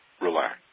Relax